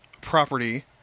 property